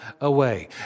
away